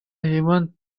human